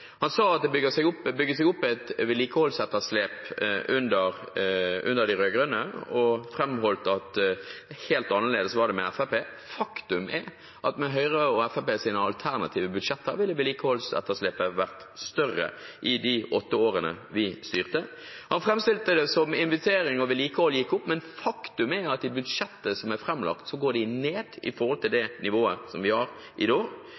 Han sa at det har bygd seg opp et vedlikeholdsetterslep under de rød-grønne, og framholdt at det var helt annerledes med Fremskrittspartiet. Faktum er at med Høyres og Fremskrittspartiets alternative budsjetter ville vedlikeholdsetterslepet vært større i de åtte årene vi styrte. Han framstilte det som at investering og vedlikehold gikk opp, men faktum er at i budsjettet som er framlagt, går de ned i forhold til det nivået som vi har i